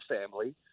family